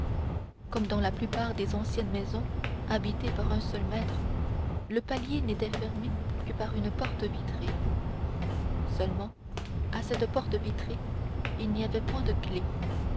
comme dans la plupart des anciennes maisons habitées par un seul maître le palier n'était fermé que par une porte vitrée seulement à cette porte vitrée il n'y avait point de clef